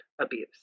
abuse